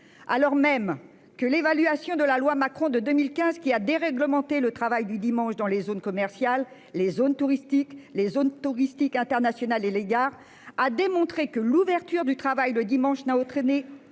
alors même que l'évaluation de la loi Macron de 2015 qui à déréglementer le travail du dimanche dans les zones commerciales les zones touristiques, les zones touristiques internationales et les gares à démontrer que l'ouverture du travail le dimanche n'a entraîné aucune